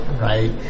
Right